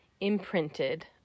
imprinted